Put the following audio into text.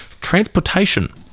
transportation